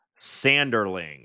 Sanderling